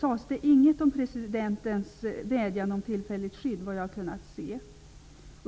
sades ingenting om presidentens vädjan om tillfälligt skydd, efter vad jag har kunnat se.